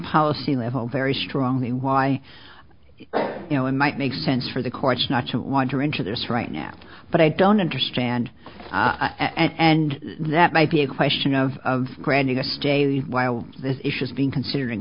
policy level very strongly why you know it might make sense for the courts not to wander into this right now but i don't understand and that might be a question of granting a stay while this issue is being considered in